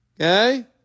Okay